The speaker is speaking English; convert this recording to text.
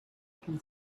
can